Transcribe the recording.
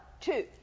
two